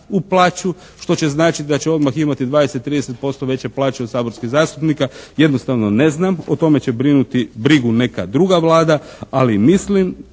u plaću što će značiti da će odmah imati 20, 30% veće plaće od saborskih zastupnika jednostavno ne znam, o tome će brinuti brigu neka druga Vlada, ali mislim,